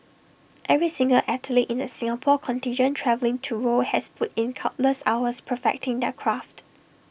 every single athlete in the Singapore contingent travelling to Rio has put in countless hours perfecting their craft